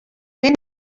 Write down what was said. vent